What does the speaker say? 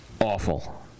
awful